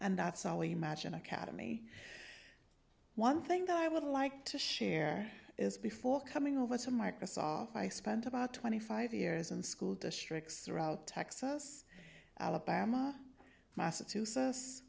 and that's all we imagine academy one thing that i would like to share is before coming over to microsoft i spent about twenty five years in school districts throughout texas alabama massachusetts